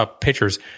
pitchers